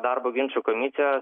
darbo ginčų komisija